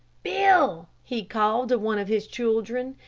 bill, he called to one of his children,